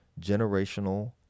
generational